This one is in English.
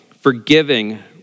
forgiving